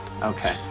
Okay